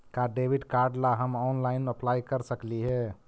का debit card ला हम ऑनलाइन अप्लाई कर सकली हे?